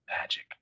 Magic